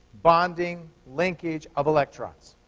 bonding, linkage of electrons.